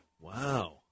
Wow